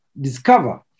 discover